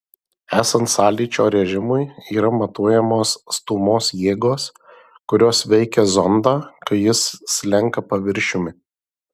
esant sąlyčio režimui yra matuojamos stūmos jėgos kurios veikia zondą kai jis slenka paviršiumi